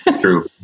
True